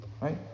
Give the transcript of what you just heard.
right